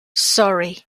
sorry